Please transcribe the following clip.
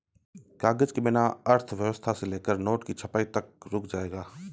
कागज के बिना अर्थव्यवस्था से लेकर नोट की छपाई तक रुक जाएगा